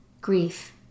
grief